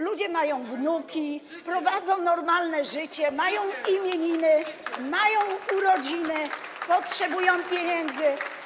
ludzie mają wnuki, prowadzą normalne życie, mają imieniny, mają urodziny, potrzebują pieniędzy.